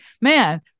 man